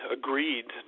agreed